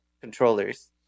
controllers